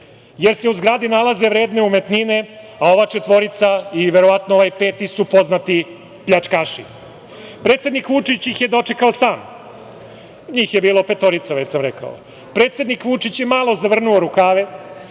jer se u zgradi nalaze vredne umetnine, a ova četvorica i verovatno ovaj peti su poznati pljačkaši. Predsednik Vučić ih je dočekao sam. Njih je bilo petorica, već sam rekao. Predsednik Vučić je malo zavrnuo rukave,